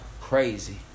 Crazy